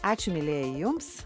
ačiū mielieji jums